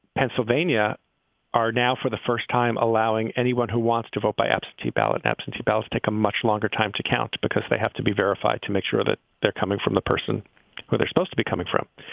pennsylvania are now for the first time allowing anyone who wants to vote by absentee ballot. absentee ballots take a much longer time to count because they have to be verified to make sure that they're coming from the person where they're supposed to be coming from.